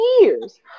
years